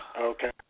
Okay